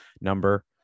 number